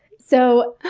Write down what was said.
so,